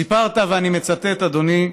סיפרת, ואני מצטט אדוני,